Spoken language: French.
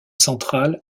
central